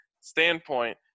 standpoint